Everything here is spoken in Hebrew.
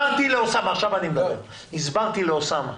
הסברתי לאוסאמה,